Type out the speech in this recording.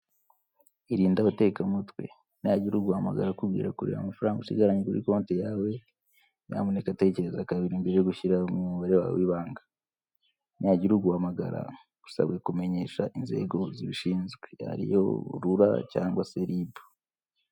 Irinde abatekamutwe, nihagire uguhamagara akubwira kureba amafaranga usigaranye kuri konti yawe, nyamuneka tekereza kabiri mbere yo gushyiramo umubare wawe w'ibanga, nihagire uguhamagara usabwe kumenyesha inzego zibishinzwe ariyo Rura cyangwa se Ribu.